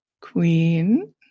Queen